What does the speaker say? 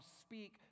speak